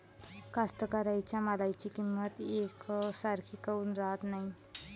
कास्तकाराइच्या मालाची किंमत यकसारखी काऊन राहत नाई?